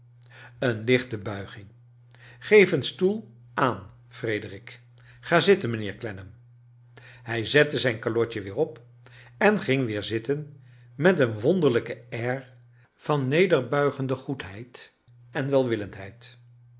een lichfce bulging geef een stoel aan fredenk ga zitten mijnheer clennam hij zette zijn calotje weer op en ging weer zitten met een wonderlijk air van nederbuigende goedheid en welwillendheid